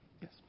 yes